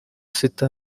sita